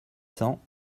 cents